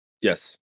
Yes